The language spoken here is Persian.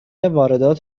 واردات